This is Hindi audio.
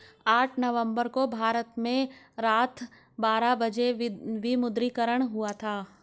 आठ नवम्बर को भारत में रात बारह बजे विमुद्रीकरण हुआ था